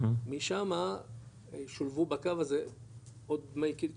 משמה שולבו בקו הזה עוד מי קידוחים,